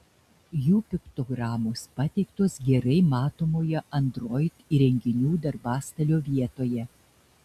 jų piktogramos pateiktos gerai matomoje android įrenginių darbastalio vietoje